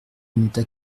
minutes